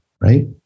right